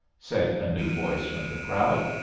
said a new voice from the crowd.